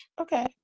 okay